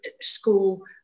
school